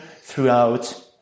throughout